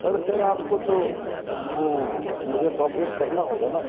اور سر آپ کو تو مجھے کوپریٹ کرنا ہوگا نا